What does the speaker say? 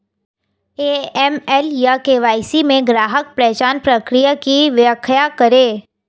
AML या KYC में ग्राहक पहचान प्रक्रिया की व्याख्या करें?